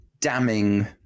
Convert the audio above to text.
damning